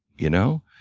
you know?